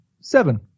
Seven